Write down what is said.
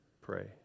pray